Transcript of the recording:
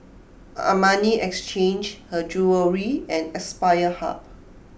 Armani Exchange Her Jewellery and Aspire Hub